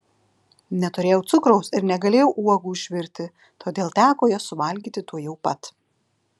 neturėjau cukraus ir negalėjau uogų išvirti todėl teko jas suvalgyti tuojau pat